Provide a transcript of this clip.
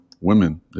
women